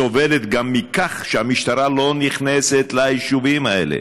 סובלת גם מכך שהמשטרה לא נכנסת ליישובים האלה,